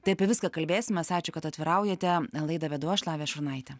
tai apie viską kalbėsimės ačiū kad atviraujate laidą vedu aš lavija šurnaitė